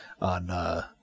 on